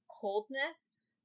coldness